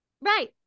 right